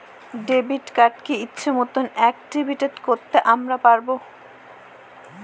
debit কার্ডকে ইচ্ছে মতন অ্যাকটিভেট করতে আমরা পারবো